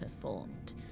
performed